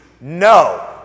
No